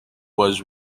was